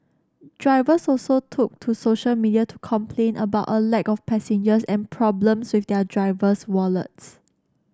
drivers also took to social media to complain about a lack of passengers and problems with their driver's wallets